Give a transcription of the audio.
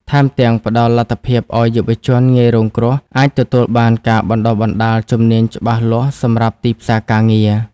ថែមទាំងផ្តល់លទ្ធភាពឲ្យយុវជនងាយរងគ្រោះអាចទទួលបានការបណ្តុះបណ្តាលជំនាញច្បាស់លាស់សម្រាប់ទីផ្សារការងារ។